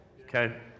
Okay